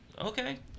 Okay